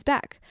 Back